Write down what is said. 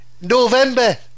November